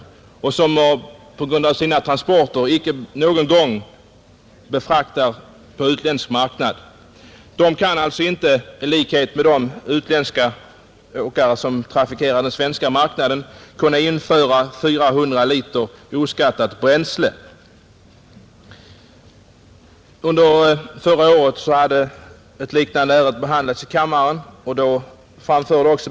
Den befraktar icke någon gång utländsk marknad. De svenska åkarna kan alltså inte i likhet med de utländska, som befraktar den svenska marknaden, införa 400 liter obeskattat bränsle. Under förra året behandlades ett liknande ärende i riksdagen.